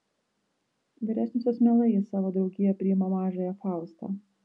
vyresniosios mielai į savo draugiją priima mažąją faustą